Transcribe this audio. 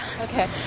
Okay